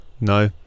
No